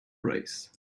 race